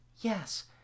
Yes